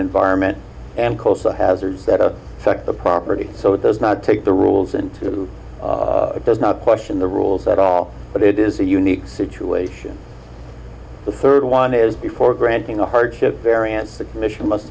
environment and coastal hazards that a sec the property so does not take the rules and who does not question the rules at all but it is a unique situation the third one is before granting a hardship variance the commission must